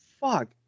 fuck